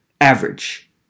average